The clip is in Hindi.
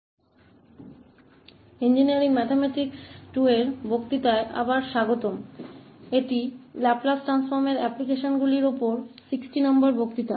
तो इंजीनियरिंग गणित II पर व्याख्यान में आपका स्वागत है इसलिए यह लैपलेस ट्रांसफॉर्म के अनुप्रयोगों पर व्याख्यान संख्या 60 है